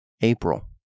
April